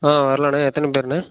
ஆ வரலாம்ண்ணே எத்தனை பேர்ண்ணே